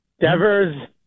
Devers